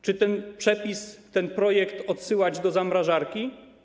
Czy ten przepis, ten projekt odsyłać do zamrażarki?